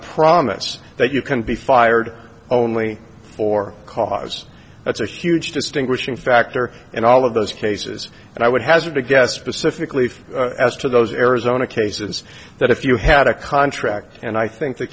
promise that you can be fired only for cause that's a huge distinguishing factor in all of those cases and i would hazard to guess specifically as to those arizona cases that if you had a contract and i think the